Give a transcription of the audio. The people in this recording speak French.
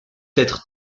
être